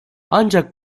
ancak